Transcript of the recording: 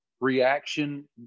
reaction